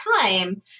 time